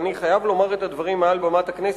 ואני חייב לומר את הדברים מעל בימת הכנסת.